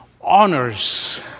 honors